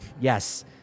Yes